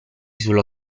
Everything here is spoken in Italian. sullo